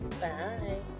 bye